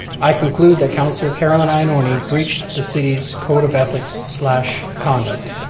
i conclude that councilor carolynn ioannoni breached the city's code of ethics so conduct.